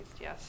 yes